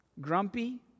Grumpy